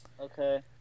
Okay